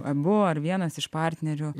abu ar vienas iš partnerių